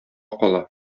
кала